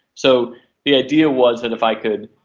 so the idea was that if i could,